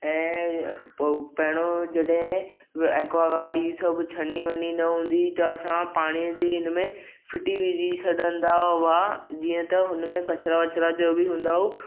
ऐं पओ पहिरियों जॾहिं एक्वागार्ड हीउ सभु छनी वनी न हूंदी त असां पाणीअ जे इनमें फिटिकरी विझी छॾींदा हुआ जीअं त हुनमें कचिरा वचिरा जो बि हूंदाउ